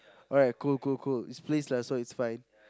alright cool cool cool his place lah so it's fine